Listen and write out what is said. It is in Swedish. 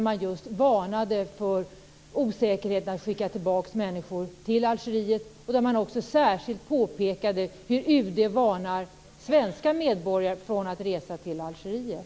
Man varnade för osäkerheten när det gäller att skicka tillbaks människor till Algeriet. Man påpekade också särskilt att UD varnar svenska medborgare för att resa till Algeriet.